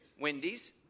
Wendy's